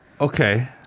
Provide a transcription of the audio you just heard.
Okay